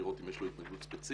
לראות אם יש לו התנגדות ספציפית,